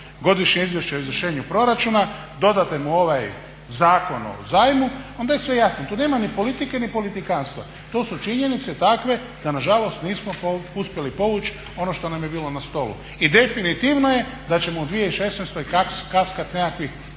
Godišnje izvješće o izvršenju proračuna, dodate mu ovaj Zakon o zajmu onda je sve jasno. Tu nema ni politike, ni politikanstva. To su činjenice takve da na žalost nismo uspjeli povući ono što nam je bilo na stolu. I definitivno je da ćemo u 2016. kaskati nekakvih